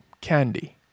candy